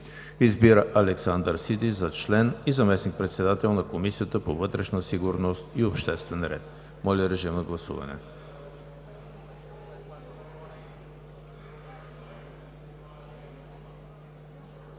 Избира Александър Сиди за член и заместник-председател на Комисията по вътрешна сигурност и обществен ред.“ Моля, режим на гласуване.